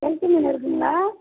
கெளுத்தி மீன் இருக்குதுங்களா